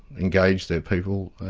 engage their people,